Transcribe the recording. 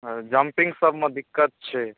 jumping सबमे दिक्कत छै